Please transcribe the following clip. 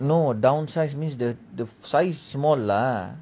no downsize means the the size small lah